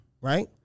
right